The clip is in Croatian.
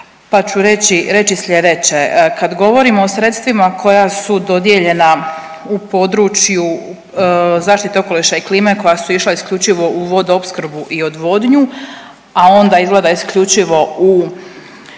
pa ću reći sljedeće, kad govorimo o sredstvima koja su dodijeljena u području zaštite okoliša i klime koja su išla isključivo u vodoopskrbu i odvodnju, a onda izgleda isključivo u